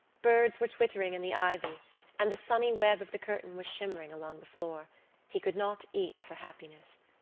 birds were twittering in the ivy and the sunny web of the curtain was shimmering along the floor he could not eat for happiness.